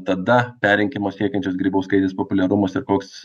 tada perrinkimo siekiančios grybauskaitės populiarumas ir koks